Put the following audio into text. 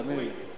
תאמיני לי.